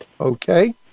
Okay